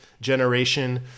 generation